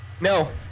No